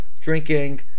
drinking